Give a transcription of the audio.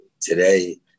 Today